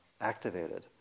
activated